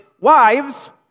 Wives